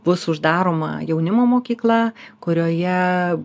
bus uždaroma jaunimo mokykla kurioje